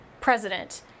president—